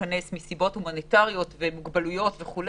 בבידוד בבית מסיבות הומניטריות וכו'.